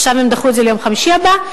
עכשיו הם דחו את זה ליום חמישי הבא,